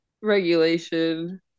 regulation